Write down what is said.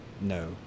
No